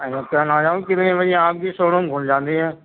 اچھا كل آ جاؤں كتنے بجے آپ كی شو روم کھل جاتی ہے